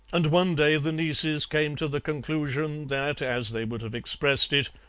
and one day the nieces came to the conclusion that, as they would have expressed it,